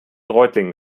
reutlingen